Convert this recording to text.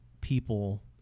people